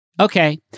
Okay